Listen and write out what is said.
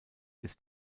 ist